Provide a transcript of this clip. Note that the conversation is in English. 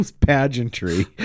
pageantry